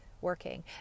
working